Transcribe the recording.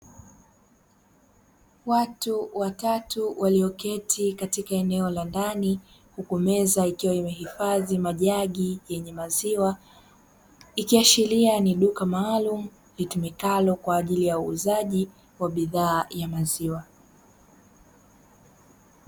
Watu watatu walioketi katika eneno la ndani huku meza ikiwa imehifadhi majagi yenye maziwa, ikiashiria ni duka maalumu litumikalo kwa ajili uuzaji wa bidhaa ya maziwa.